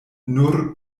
nur